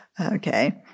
Okay